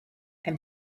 and